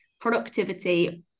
productivity